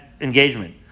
engagement